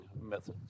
methods